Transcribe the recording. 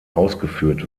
ausgeführt